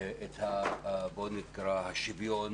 בוא נקרא לזה לקדם את השוויון